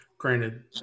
Granted